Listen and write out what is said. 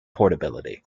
portability